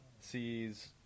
sees